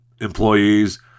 employees